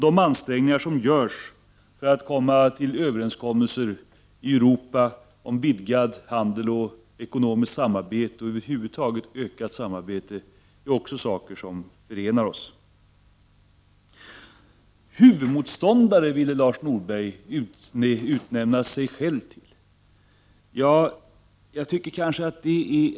De ansträngningar som görs för att komma till överenskommelser i Europa om vidgad handel, ekonomiskt samarbete och ökat samarbete över huvud taget är också saker som förenar oss. Huvudmotståndare ville Lars Norberg utnämna sig själv till. Det är kanske att ta i.